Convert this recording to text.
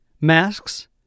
masks